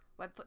Webfoot